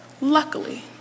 Luckily